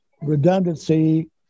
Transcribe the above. redundancy